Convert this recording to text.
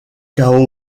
cao